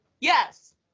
yes